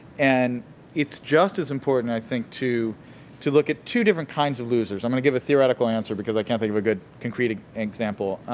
and it's just as important, i think, to look at two different kinds of losers. i'm gonna give a theoretical answer because i can't think of a good concrete ah example.